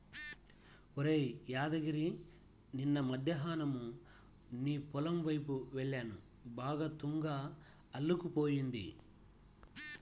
ఒరేయ్ యాదగిరి నిన్న మద్దేన్నం నీ పొలం వైపు యెల్లాను బాగా తుంగ అల్లుకుపోయింది